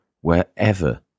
wherever